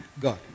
God